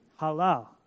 halal